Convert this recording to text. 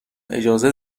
اجازه